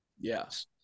yes